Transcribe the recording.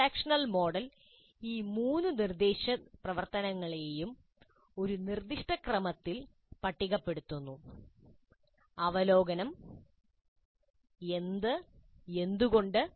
transactional model ഈ മൂന്ന് നിർദ്ദേശ പ്രവർത്തനങ്ങളെയും ഒരു നിർദ്ദിഷ്ട ക്രമത്തിൽ പട്ടികപ്പെടുത്തുന്നു അവലോകനം എന്ത് എന്തുകൊണ്ട്